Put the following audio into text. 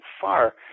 far